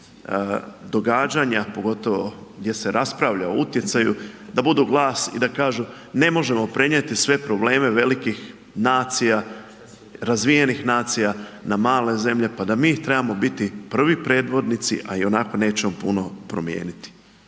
događanja, pogotovo gdje se raspravlja o utjecaju da budu glas i da kažu ne možemo prenijeti sve probleme velikih nacija, razvijenih nacija na malene zemlje, pa da mi trebamo biti prvi predvodnici, a ionako nećemo puno promijeniti.